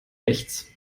rechts